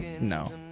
No